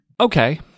Okay